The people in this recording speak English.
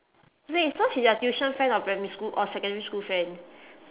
wait so she's your tuition friend or primary school or secondary school friend